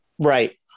right